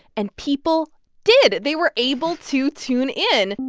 and people did. they were able to tune in.